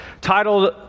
Titled